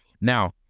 Now